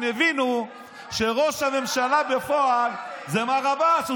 הם הבינו שראש הממשלה בפועל זה מר עבאס.